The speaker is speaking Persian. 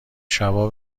شبا